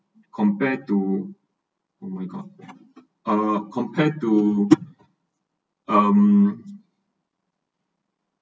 compared to oh my god uh compared to um